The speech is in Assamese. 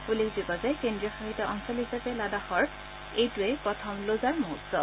উল্লেখযোগ্য যে কেন্দ্ৰীয় শাসিত অঞ্চল হিচাপে লাডাখৰ এটোৱে প্ৰথম লজাৰ মহোৎসৱ